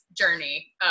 journey